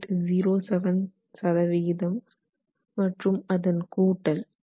07 சதவிகிதம் மற்றும் அதன் கூட்டல் 0